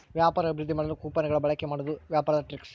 ವ್ಯಾಪಾರ ಅಭಿವೃದ್ದಿ ಮಾಡಲು ಕೊಪನ್ ಗಳ ಬಳಿಕೆ ಮಾಡುವುದು ವ್ಯಾಪಾರದ ಟ್ರಿಕ್ಸ್